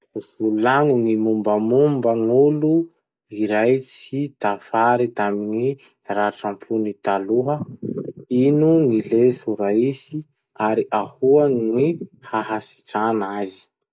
Volagno gny mombamomba gn'olo iray tsy tafary tamy gny ratram-pony taloha. Ino gny leso raisy ary ahoa gny hahasitragna azy?